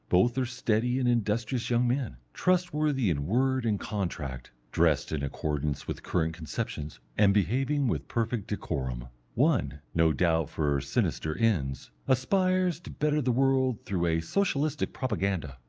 both are steady and industrious young men, trustworthy in word and contract, dressed in accordance with current conceptions, and behaving with perfect decorum. one, no doubt for sinister ends, aspires to better the world through a socialistic propaganda.